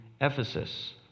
Ephesus